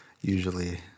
usually